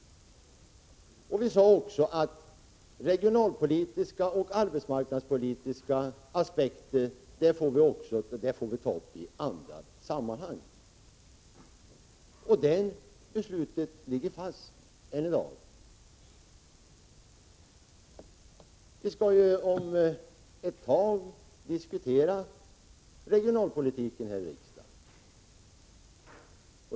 Vi sade också att vi får ta upp regionalpolitiska och arbetsmarknadspolitiska aspekter i andra sammanhang. Det beslutet ligger fast än i dag. Vi skall ju snart diskutera regionalpolitiken här i riksdagen.